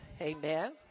amen